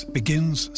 begins